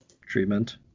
treatment